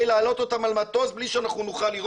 לעלות אותם על מטוס מבלי שאנחנו נוכל לראות.